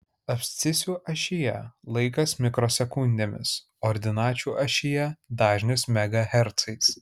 abscisių ašyje laikas mikrosekundėmis ordinačių ašyje dažnis megahercais